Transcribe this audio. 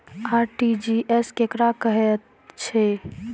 RTGS केकरा कहैत अछि?